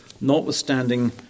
notwithstanding